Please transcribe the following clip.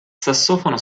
sassofono